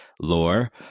lore